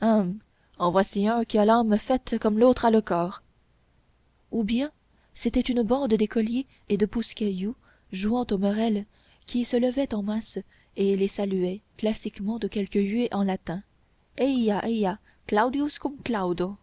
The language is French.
en voici un qui a l'âme faite comme l'autre a le corps ou bien c'était une bande d'écoliers et de pousse cailloux jouant aux merelles qui se levait en masse et les saluait classiquement de quelque huée en latin